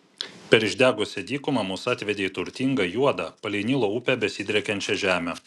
per išdegusią dykumą mus atvedė į turtingą juodą palei nilo upę besidriekiančią žemę